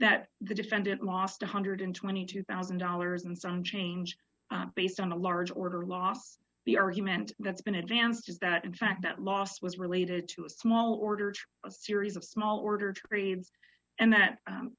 that the defendant lost one hundred and twenty two thousand dollars and some change based on a large order lost the argument that's been advanced is that in fact that loss was related to a small order to a series of small order trades and that